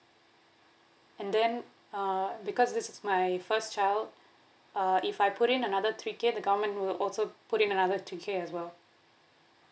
and then uh because this is my first child uh if I put in another three K the government will also put in another three K as well